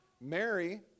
Mary